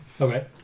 Okay